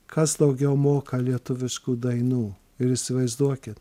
kas daugiau moka lietuviškų dainų ir įsivaizduokit